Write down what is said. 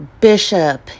Bishop